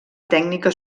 tècnica